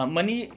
Money